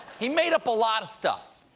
he made up a lot of stuff,